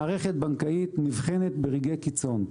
מערכת בנקאית נבחנת ברגעי קיצון.